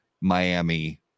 Miami